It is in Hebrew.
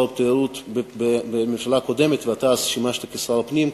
התיירות בממשלה הקודמת ואתה שימשת כשר הפנים,